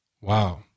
Wow